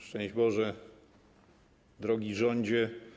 Szczęść Boże, Drogi Rządzie!